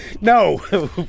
No